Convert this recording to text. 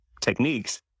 techniques